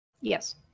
Yes